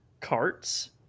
carts